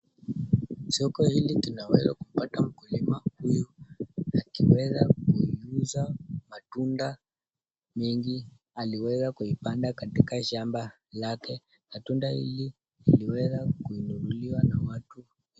Soko hili tunaweza kupata mkulima huyu, akiweza kuuza matunda nyingi aliweza kuipanda katika shamba lake na tunda hili liliweza kununuliwa na watu wengi.